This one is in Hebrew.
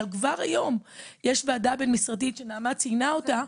אבל כבר היום יש ועדה בין-משרדית שנעמה ציינה אותה.